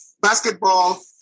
basketball